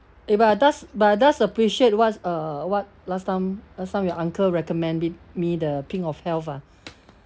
eh but does but does appreciate what's uh what last time last time your uncle recommend me me the pink of health ah